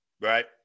Right